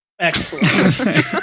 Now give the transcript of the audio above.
Excellent